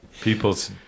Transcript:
people's